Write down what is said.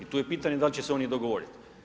I tu je pitanje da li će se oni dogovorit.